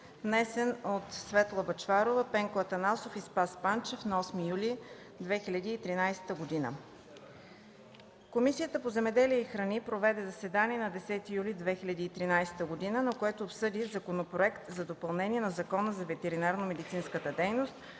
внесен от Светла Бъчварова, Пенко Атанасов и Спас Панчев на 8 юли 2013 г. Комисията по земеделието и храните проведе заседание на 10 юли 2013 г., на което обсъди Законопроект за допълнение на Закона за ветеринарномедицинската дейност,